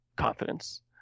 confidence